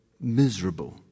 miserable